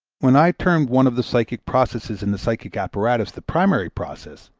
when i termed one of the psychic processes in the psychic apparatus the primary process,